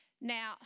Now